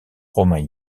romain